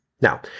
Now